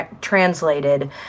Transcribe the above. translated